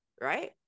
right